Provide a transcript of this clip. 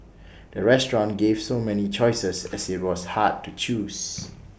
the restaurant gave so many choices that IT was hard to choose